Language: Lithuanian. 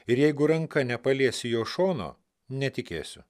ir jeigu ranka nepaliesiu jo šono netikėsiu